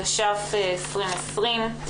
התש"ף-2020.